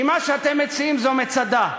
כי מה שאתם מציעים זה מצדה,